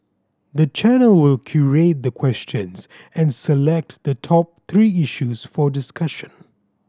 the channel will curate the questions and select the top three issues for discussion